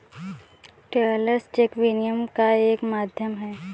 travellers cheque विनिमय का एक माध्यम है